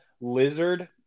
lizard